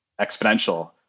exponential